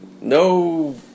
No